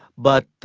but